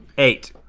eight.